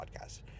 Podcast